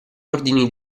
ordini